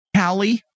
Callie